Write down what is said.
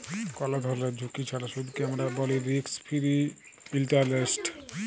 call ধরলের ঝুঁকি ছাড়া সুদকে আমরা ব্যলি রিস্ক ফিরি ইলটারেস্ট